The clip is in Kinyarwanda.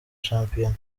shampiyona